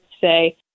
say